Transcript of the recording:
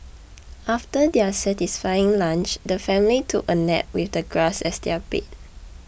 after their satisfying lunch the family took a nap with the grass as their bed